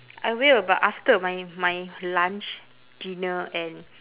I will but after my my lunch dinner and